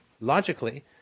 logically